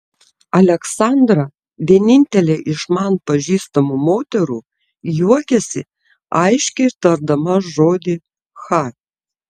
aleksandra vienintelė iš man pažįstamų moterų juokiasi aiškiai tardama žodį cha